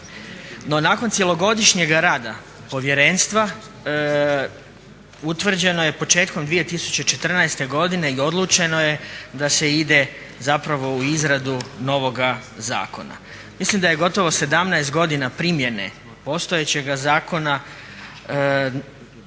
No, nakon cjelogodišnjega rada povjerenstva utvrđeno je početkom 2014. godine i odlučeno je da se ide zapravo u izradu novoga zakona. Mislim da je gotovo 17 godina primjene postojećega zakona